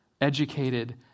educated